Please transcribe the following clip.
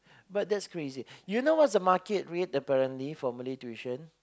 but that's crazy you know what is the market rate apparently for Malay tuition